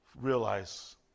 realize